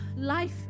Life